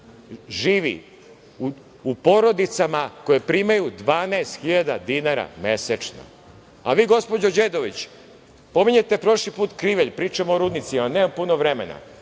živi u porodicama koje primaju 12.000 dinara mesečno. Vi, gospođo Đedović, pominjete prošli put Krivelj, pričamo o rudnicima. Nemam puno vremena.